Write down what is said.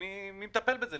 מי מטפל בזה,